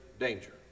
danger